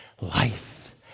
life